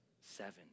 Seven